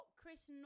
Chris